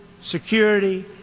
security